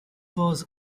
was